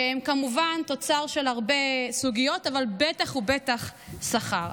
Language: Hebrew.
שהם כמובן תוצר של הרבה סוגיות, אבל בטח ובטח שכר.